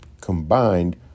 combined